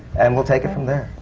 and we'll take it from there.